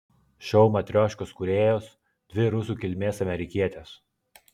šou matrioškos kūrėjos dvi rusų kilmės amerikietės